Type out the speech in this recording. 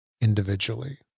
individually